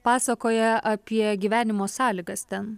pasakoja apie gyvenimo sąlygas ten